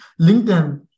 LinkedIn